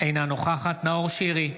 אינה נוכחת נאור שירי,